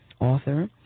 author